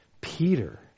Peter